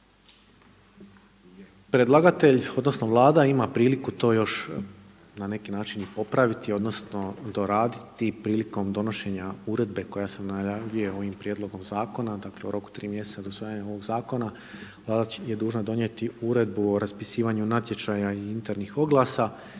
Predlagatelj odnosno Vlada ima priliku to još na neki način popraviti, odnosno doraditi prilikom donošenja uredbe koja se najavljuje ovim prijedlogom zakona, dakle u roku od tri mjeseca od usvajanja ovog zakona Vlada je dužna donijeti Uredbu o raspisivanju natječaja i internih oglasa.